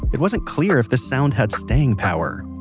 it wasn't clear if this sound had staying power.